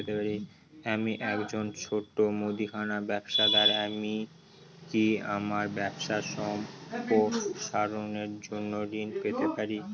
আমি একজন ছোট মুদিখানা ব্যবসাদার আমি কি আমার ব্যবসা সম্প্রসারণের জন্য ঋণ পেতে পারি?